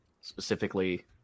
specifically